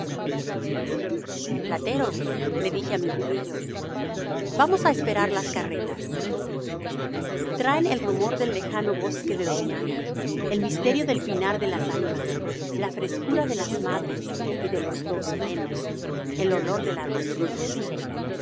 rocío platero le dije á mi burrillo vamos á esperar las carretas traen el rumor del lejano bosque de doñana el misterio del pinar de las animas la frescura de las madres y de los dos frenos el olor de la rocina me